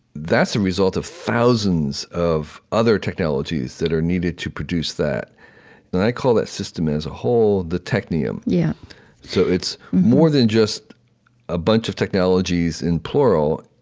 that's a result of thousands of other technologies that are needed to produce that and i call that system as a whole the technium. yeah so it's more than just a bunch of technologies in plural.